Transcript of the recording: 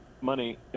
money